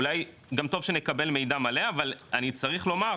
אולי גם טוב שנקבל מידע מלא, אבל אני צריך לומר,